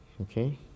okay